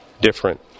different